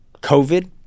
covid